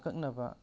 ꯑꯀꯛꯅꯕ